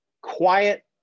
quiet